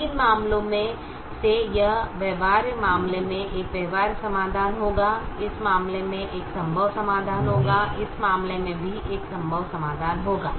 अब तीन मामलों में से यह व्यवहार्य मामले में एक व्यवहार्य समाधान होगा इस मामले में एक संभव समाधान होगा इस मामले में भी एक संभव समाधान होगा